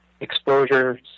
exposures